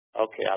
okay